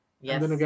Yes